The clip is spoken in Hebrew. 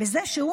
"בזה שהוא,